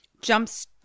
Jumps